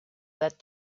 that